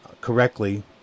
correctly